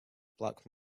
black